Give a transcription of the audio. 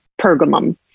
Pergamum